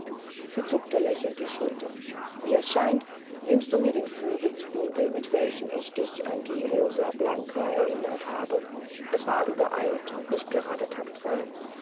sie zuckte lächelnd die schultern wie es scheint nimmst du mir den fürwitz übel mit welchem ich dich an die rosa blanca erinnert habe und du hast ja auch recht es war übereilt und nicht gerade taktvoll